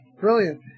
Brilliant